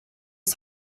his